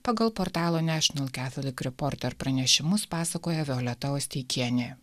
pagal portalo national catholic reporter pranešimus pasakoja violeta osteikienė